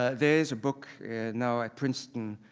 ah there is a book now at princeton,